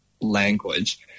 language